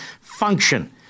function